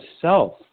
self